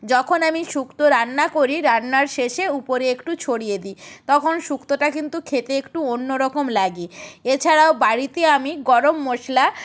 যখন আমি শুক্তো রান্না করি রান্নার শেষে উপরে একটু ছড়িয়ে দিই তখন শুক্তোটা কিন্তু খেতে একটু অন্যরকম লাগে এছাড়াও বাড়িতে আমি গরম মশলা